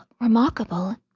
remarkable